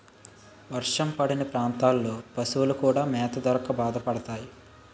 వర్షం పడని ప్రాంతాల్లో పశువులు కూడా మేత దొరక్క బాధపడతాయి